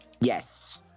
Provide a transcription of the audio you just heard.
Yes